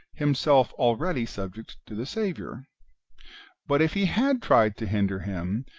himself already subject to the saviour. but if he had tried to hinder him,